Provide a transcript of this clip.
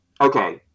Okay